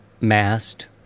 mast